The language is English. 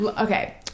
Okay